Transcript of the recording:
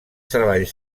treballs